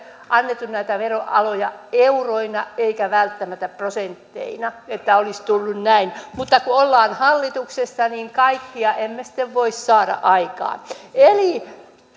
annettu näitä veroaleja euroina eikä välttämättä prosentteina että olisi tullut näin mutta kun ollaan hallituksessa niin kaikkea emme sitten voi saada aikaan eli